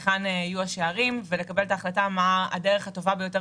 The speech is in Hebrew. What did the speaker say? היכן יהיו השערים ולקבל את ההחלטה מה הדרך הטובה ביותר